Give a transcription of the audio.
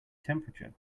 temperature